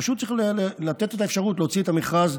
פשוט צריך לתת את האפשרות להוציא את המכרז,